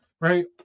right